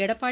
Edappadi